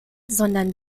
sondern